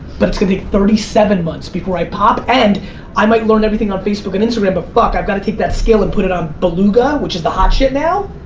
but it's gonna take thirty seven months before i pop and i might learn everything on facebook and instagram but fuck i gotta take that scale and put it on beluga, which is the hot shit now.